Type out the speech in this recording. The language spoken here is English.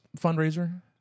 fundraiser